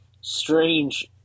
strange